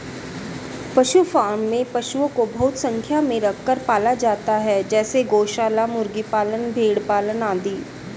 पशु फॉर्म में पशुओं को बहुत संख्या में रखकर पाला जाता है जैसे गौशाला, मुर्गी पालन, भेड़ पालन आदि